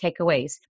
takeaways